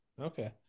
Okay